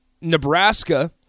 Nebraska